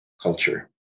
culture